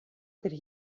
could